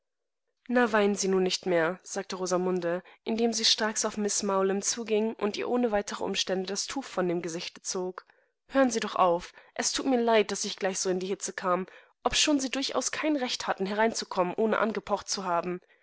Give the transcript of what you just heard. na weinen sie nur nicht mehr sagte rosamunde indem sie stracks auf miß mowlem zuging und ihr ohne weitere umstände das tuch von dem gesichte zog hörensiedochauf estutmirleid daßichgleichsoindiehitzekamobschonsie durchaus kein recht hatten hereinzukommen ohne angepocht zu haben